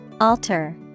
Alter